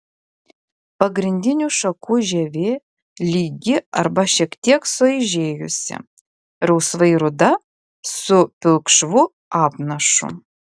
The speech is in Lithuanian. pagrindinių šakų žievė lygi arba šiek tiek suaižėjusi rausvai ruda su pilkšvu apnašu